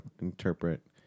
interpret